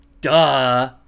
duh